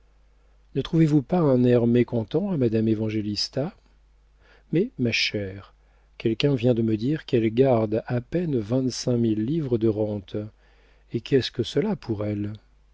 ne trouvez-vous pas un air mécontent à madame évangélista mais ma chère quelqu'un vient de me dire qu'elle garde à peine vingt-cinq mille livres de rente et qu'est-ce que cela pour elle